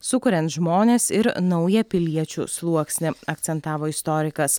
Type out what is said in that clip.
sukuriant žmones ir naują piliečių sluoksnį akcentavo istorikas